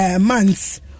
months